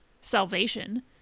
salvation